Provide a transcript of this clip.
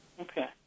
Okay